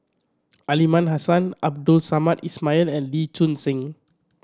Aliman Hassan Abdul Samad Ismail and Lee Choon Seng